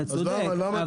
אתה צודק.